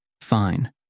Fine